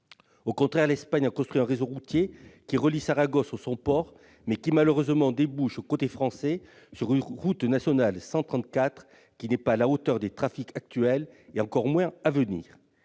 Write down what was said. Au contraire, l'Espagne a construit un réseau routier : il relie Saragosse au Somport, mais débouche malheureusement, côté français, sur la route nationale 134, qui n'est pas à la hauteur des trafics actuels et encore moins de